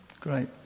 Great